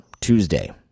Tuesday